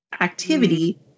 activity